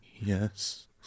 yes